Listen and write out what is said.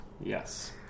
Yes